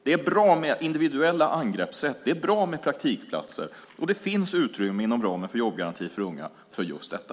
Det är bra med individuella angreppssätt. Det är bra med praktikplatser. Och det finns utrymme för just detta inom ramen för jobbgarantin för unga.